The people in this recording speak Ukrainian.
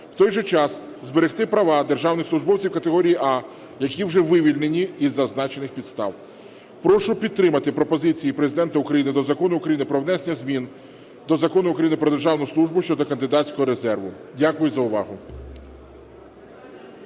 У той же час зберегти права державних службовців категорії "А", які вже вивільнені із зазначених підстав. Прошу підтримати пропозиції Президента України до Закону України "Про внесення змін до Закону України "Про державну службу" щодо кандидатського резерву". Дякую за увагу.